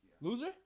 Loser